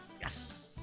Yes